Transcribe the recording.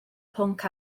pwnc